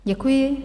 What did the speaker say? Děkuji.